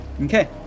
Okay